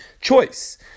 choice